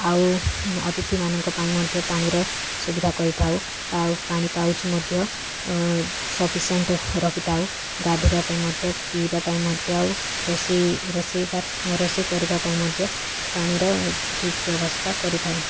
ଆଉ ଅତିଥିମାନଙ୍କ ପାଇଁ ମଧ୍ୟ ପାଣିର ସୁବିଧା କରିଥାଉ ପାଉ ପାଣି ପାଉଚ୍ ମଧ୍ୟ ସଫିସେଣ୍ଟ୍ ରଖିଥାଉ ଗାଧେଇବା ପାଇଁ ମଧ୍ୟ ପିଇବା ପାଇଁ ମଧ୍ୟ ଆଉ ରୋଷେଇ ରୋଷେଇ ବା ରୋଷେଇ କରିବା ପାଇଁ ମଧ୍ୟ ପାଣିର ଠିକ୍ ବ୍ୟବସ୍ଥା କରିଥାଉ